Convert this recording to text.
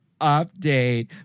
Update